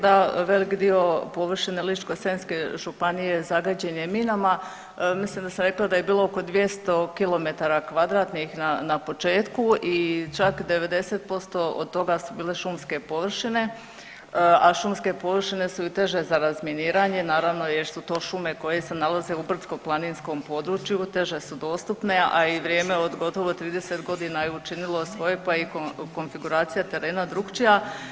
Da, velik dio površine Ličko-senjske županije zagađen je minama, mislim da sam rekla da je bilo oko 200 km2 na početku i čak 90% od toga su bile šumske površine, a šumske površine su i teže za razminiranje naravno jer su to šume koje se nalaze u brdsko-planinskom području teže su dostupne, a i vrijeme od gotovo 30 godina je učinilo svoje pa je i konfiguracija terena drukčija.